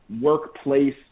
workplace